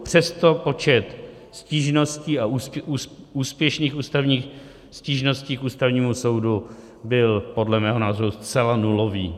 Přesto počet stížností, a úspěšných ústavních stížností k Ústavního soudu byl podle mého názoru zcela nulový.